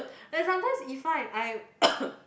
then sometimes !Iffa! and I